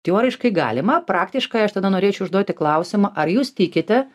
teoriškai galima praktiškai aš tada norėčiau užduoti klausimą ar jūs tikite